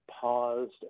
paused